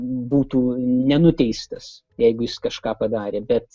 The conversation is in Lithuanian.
būtų nenuteistas jeigu jis kažką padarė bet